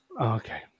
Okay